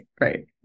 Right